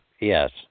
Yes